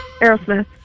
Aerosmith